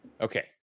okay